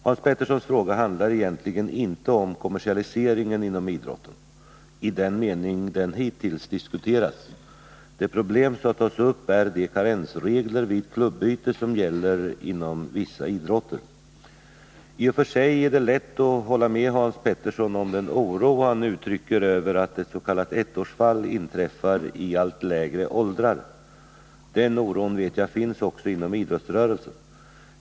Hans Peterssons fråga handlar egentligen inte om kommersialiseringen inom idrotten, i den mening den hittills diskuterats. Det problem som tas upp är de karensregler vid klubbyte som gäller inom vissa idrotter. I och för sig är det lätt att hålla med Hans Petersson om den oro han uttrycker över att s.k. ettårsfall inträffar i allt lägre åldrar. Jag vet att den oron finns också inom idrottsrörelsen.